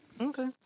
okay